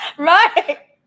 Right